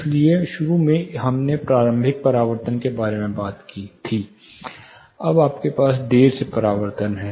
इसलिए शुरू में हमने प्रारंभिक परावर्तन के बारे में बात की थी अब आपके पास देर से परावर्तन हैं